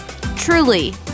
truly